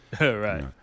Right